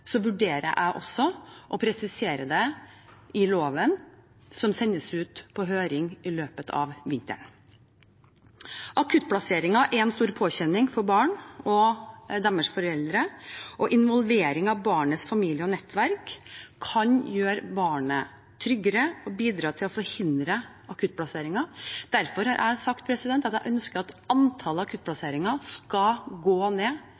så enhetlig som mulig, har Bufdir i mars samlet og tydeliggjort de sentrale reglene for bistandsplikten i en egen tolkningsuttalelse. Men jeg har sagt at hvis det ikke er nok, vurderer jeg også å presisere det i loven som sendes ut på høring i løpet av vinteren. Akuttplasseringer er en stor påkjenning for barn og foreldrene deres, og involvering av barnets familie og nettverk kan gjøre barnet